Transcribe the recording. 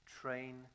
train